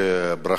מחשמל.